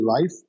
life